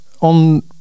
on